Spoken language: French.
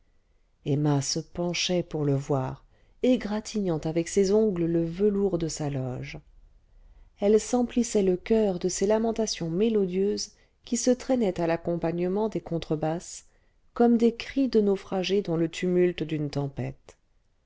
emma se penchait pour le voir égratignant avec ses ongles le velours de sa loge elle s'emplissait le coeur de ces lamentations mélodieuses qui se traînaient à l'accompagnement des contrebasses comme des cris de naufragés dans le tumulte d'une tempête